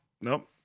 Nope